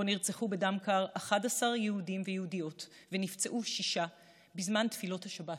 שבו נרצחו בדם קר 11 יהודים ויהודיות ונפצעו שישה בזמן תפילות השבת.